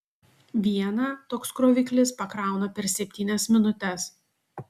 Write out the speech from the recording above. vieną toks kroviklis pakrauna per septynias minutes